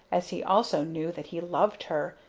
as he also knew that he loved her,